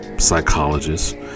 Psychologist